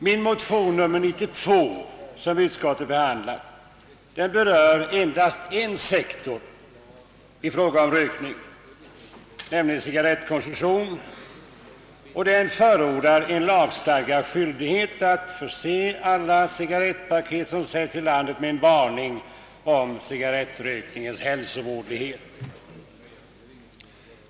Min motion nr 92 berör endast en sektor i fråga om rökning, nämligen cigarrettkonsumtion, och den förordar en lagstadgad skyldighet att förse alla cigarrettpaket som säljs i landet med en varning om cigarrettrökningens hälsovådlighet.